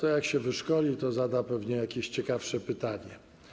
To jak się wyszkoli, to zada pewnie jakieś ciekawsze pytanie.